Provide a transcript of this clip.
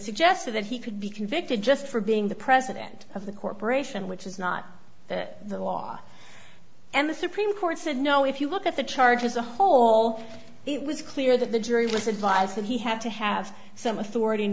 suggested that he could be convicted just for being the president of the corporation which is not the law and the supreme court said no if you look at the charges the whole it was clear that the jury was advised that he had to have some authority and